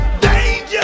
Danger